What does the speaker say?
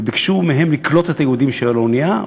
וביקשו מהם לקלוט את היהודים שעל האונייה,